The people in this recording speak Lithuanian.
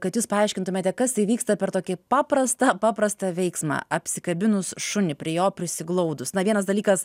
kad jūs paaiškintumėte kas įvyksta per tokį paprastą paprastą veiksmą apsikabinus šunį prie jo prisiglaudus na vienas dalykas